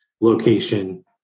location